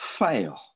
fail